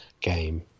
game